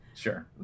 Sure